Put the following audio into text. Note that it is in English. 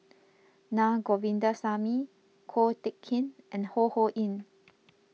Naa Govindasamy Ko Teck Kin and Ho Ho Ying